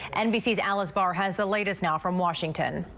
nbc's alice barr has the latest now from washington.